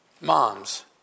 moms